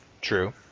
True